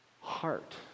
heart